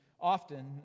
often